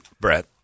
Brett